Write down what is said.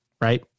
right